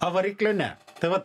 o variklių ne tai vat